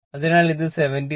അതിനാൽ ഇത് 73